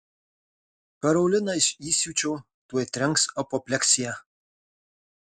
karoliną iš įsiūčio tuoj trenks apopleksija